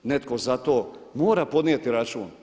Netko za to mora podnijeti račun.